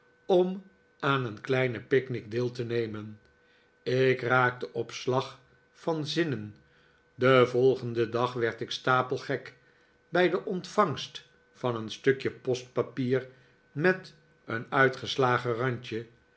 om aan een kleine picnic deel te nemen ik raakte op slag van zinnen den volgenden dag werd ik stapelgek bij de ontvangst van een stukje postpapier met een uitgeslagen randje